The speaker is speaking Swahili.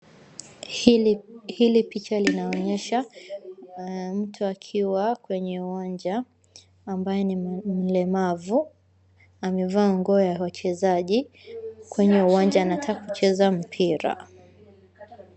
Hili hili picha linaonyesha mtu akiwa kwenye uwanja ambaye ni mlemavu, amevaa nguo ya wachezaji kwenye uwanja anataka kucheza mpira.